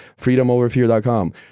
Freedomoverfear.com